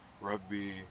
rugby